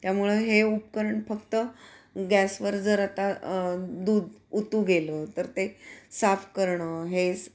त्यामुळं हे उपकरण फक्त गॅसवर जर आता दूध ओतू गेलं तर ते साफ करणं हे